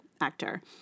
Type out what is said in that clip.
actor